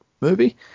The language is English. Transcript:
movie